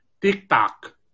TikTok